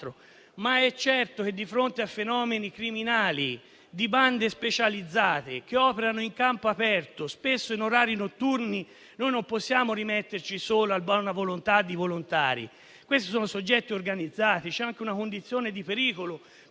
Ma è certo che, di fronte a fenomeni criminali di bande specializzate, che operano in campo aperto, spesso in orari notturni, noi non possiamo rimetterci solo alla buona volontà di volontari. Si tratta di soggetti organizzati e il contrasto a questo